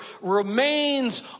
remains